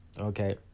Okay